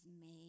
made